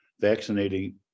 vaccinating